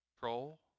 control